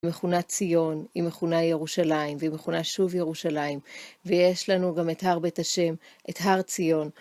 היא מכונה ציון, היא מכונה ירושלים, והיא מכונה שוב ירושלים, ויש לנו גם את הר בית השם, את הר ציון.